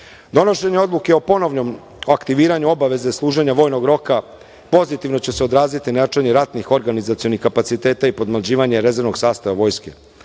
tržištu. Donošenje odluke o ponovnom aktiviranju obaveze služenja vojnog roka pozitivno će se odraziti na jačanje ratnih, organizacionih kapaciteta i podmlađivanje rezervnog sastava vojske.